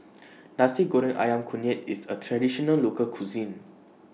Nasi Goreng Ayam Kunyit IS A Traditional Local Cuisine